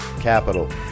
capital